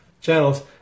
channels